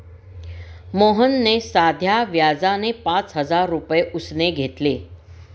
मोहनने साध्या व्याजाने पाच हजार रुपये उसने घेतले